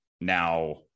Now